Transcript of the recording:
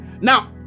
Now